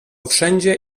wszędzie